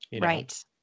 right